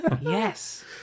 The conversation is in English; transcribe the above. Yes